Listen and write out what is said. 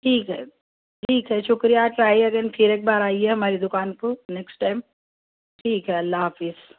ٹھیک ہے ٹھیک ہے شکریہ ٹرائی اگین پھر ایک بار آئیے ہماری دکان کو نیکسٹ ٹائم ٹھیک ہے اللہ حافظ